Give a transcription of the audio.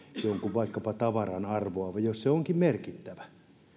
jonkun vaikkapa tavaran arvoa ja jos se onkin merkittävä